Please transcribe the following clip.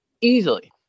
easily